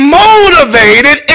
motivated